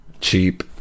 cheap